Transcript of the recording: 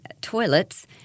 toilets